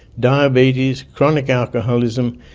diabetes, chronic alcoholism,